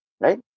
right